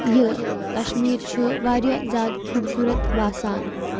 یہِ کَشمیٖر چھُ واریاہ زیادٕ خوٗبصوٗرت باسان